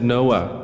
Noah